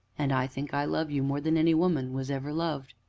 and i think i love you more than any woman was ever loved!